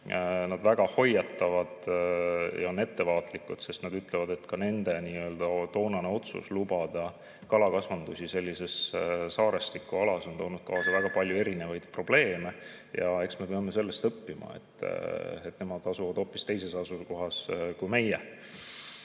Nad väga hoiatavad ja on ettevaatlikud, nad ütlevad, et nende toonane otsus lubada kalakasvandusi sellises saarestikualas on toonud kaasa väga palju erinevaid probleeme. Eks me peame sellest õppima, kuigi nemad asuvad hoopis teises asukohas kui meie.